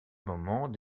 moment